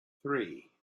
three